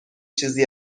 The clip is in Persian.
چیزی